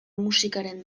musikaren